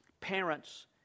parents